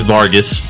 Vargas